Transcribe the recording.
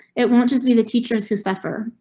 it won't just be the teachers who suffer.